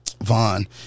Vaughn